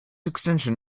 extension